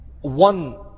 one